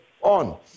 on